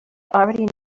already